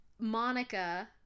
Monica